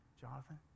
Jonathan